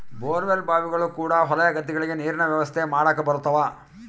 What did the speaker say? bore well ಬಾವಿಗಳು ಕೂಡ ಹೊಲ ಗದ್ದೆಗಳಿಗೆ ನೀರಿನ ವ್ಯವಸ್ಥೆ ಮಾಡಕ ಬರುತವ